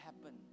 happen